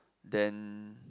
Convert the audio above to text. then